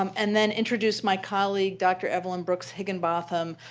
um and then introduce my colleague, dr. evelyn brooks higginbotham,